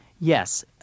Yes